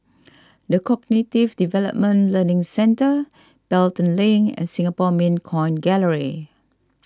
the Cognitive Development Learning Centre Pelton Link and Singapore Mint Coin Gallery